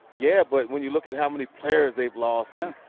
yeah but when you look at how many players they've lost and,